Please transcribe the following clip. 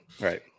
Right